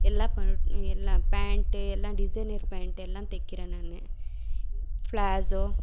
எல்லாம் எல்லாம் பேண்ட்டு எல்லாம் டிசைனர் பேண்ட்டு எல்லாம் தைக்கிறேன் நான் பிளாசோ